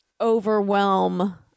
overwhelm